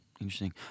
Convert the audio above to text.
Interesting